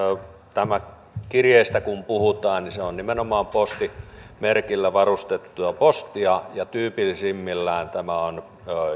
tämä kirjeistä kun puhutaan niin se on nimenomaan postimerkillä varustettua postia ja tyypillisimmillään tämä on